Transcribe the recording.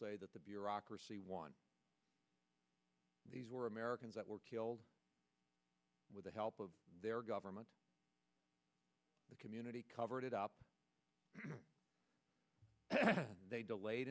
say that the bureaucracy one these were americans that were killed with the help of their government the community covered it up they delayed